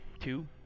Two